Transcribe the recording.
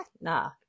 nah